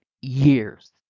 years